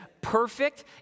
perfect